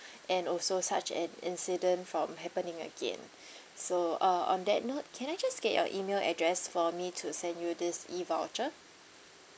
and also such an incident from happening again so uh on that note can I just get your email address for me to send you this E voucher